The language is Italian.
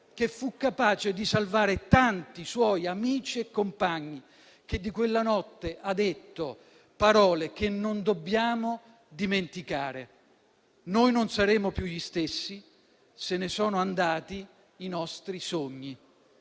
che fu capace di salvare tanti suoi amici e compagni, che di quella notte ha detto parole che non dobbiamo dimenticare: noi non saremo più gli stessi. Se ne sono andati i nostri sogni.